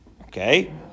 Okay